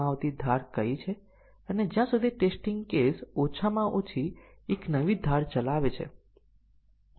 પરંતુ તે પછી ત્યાં ટેસ્ટીંગ ના ઘણા સેટ્સ હોઈ શકે છે જે MCDC કવરેજ પ્રાપ્ત કરી શકે છે